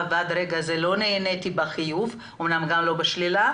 זה אומר שלא יהיה כלום.